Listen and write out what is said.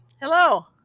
Hello